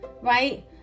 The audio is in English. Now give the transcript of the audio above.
right